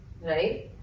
right